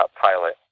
pilot